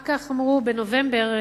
אחר כך אמרו, כמדומני בנובמבר,